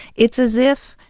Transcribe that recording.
it's as if,